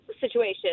situation